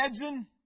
imagine